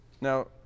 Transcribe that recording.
Now